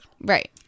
Right